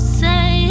say